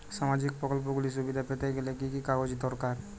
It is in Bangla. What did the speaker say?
সামাজীক প্রকল্পগুলি সুবিধা পেতে গেলে কি কি কাগজ দরকার?